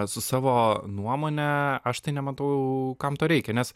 su savo nuomone aš tai nematau kam to reikia nes